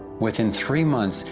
within three months,